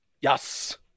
Yes